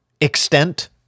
extent